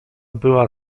była